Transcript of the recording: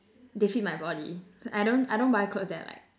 they fit my body I don't I don't buy clothes that like